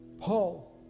Paul